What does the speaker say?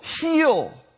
heal